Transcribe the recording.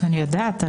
אני יודעת.